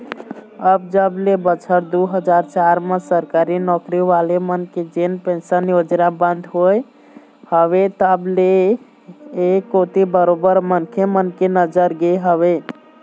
अउ जब ले बछर दू हजार चार म सरकारी नौकरी वाले मन के जेन पेंशन योजना बंद होय हवय तब ले ऐ कोती बरोबर मनखे मन के नजर गे हवय